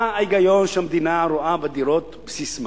מה ההיגיון שהמדינה רואה בדירות בסיס מס?